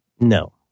No